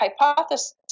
hypothesis